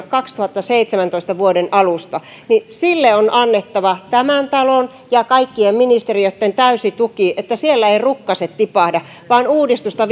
kaksituhattaseitsemäntoista alusta on annettava tämän talon ja kaikkien ministeriöitten täysi tuki niin että siellä eivät rukkaset tipahda vaan uudistusta